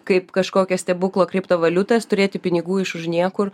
kaip kažkokio stebuklo kriptovaliutas turėti pinigų iš už niekur